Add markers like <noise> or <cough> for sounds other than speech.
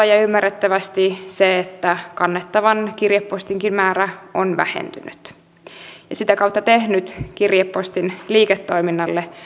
<unintelligible> ja ymmärrettävästi se että kannettavan kirjepostinkin määrä on vähentynyt ja sitä kautta tehnyt kirjepostin liiketoiminnalle